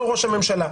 לא ראש הממשלה.